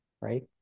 right